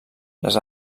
les